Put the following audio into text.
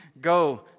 go